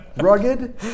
rugged